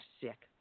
sick